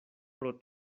pro